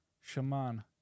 shaman